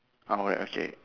oh right okay